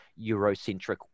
eurocentric